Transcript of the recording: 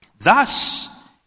Thus